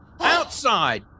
Outside